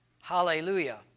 Hallelujah